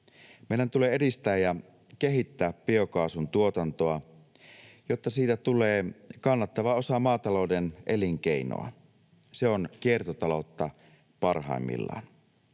Meidän tulee edistää ja kehittää biokaasun tuotantoa, jotta siitä tulee kannattava osa maatalouden elinkeinoa. Se on kiertotaloutta parhaimmillaan.